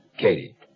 Katie